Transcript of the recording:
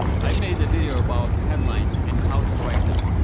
i've made a video about headlines and how to write them.